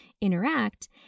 interact